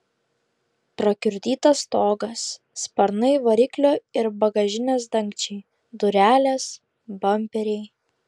prakiurdytas stogas sparnai variklio ir bagažinės dangčiai durelės bamperiai